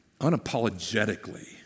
unapologetically